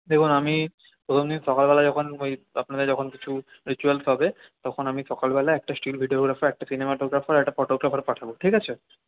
দেখুন আমি প্রথমদিন সকালবেলায় যখন ওই আপনাদের যখন কিছু রিচুয়ালস হবে তখন আমি সকালবেলায় একটা স্টিল ভিডিওগ্রাফার একটা সিনেমাটোগ্রাফার একটা ফটোগ্রাফার পাঠাবো ঠিক আছে